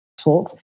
talks